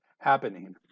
happening